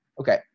Okay